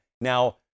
Now